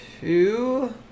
Two